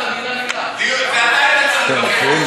לדיון בוועדת החינוך.